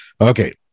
Okay